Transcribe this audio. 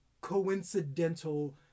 coincidental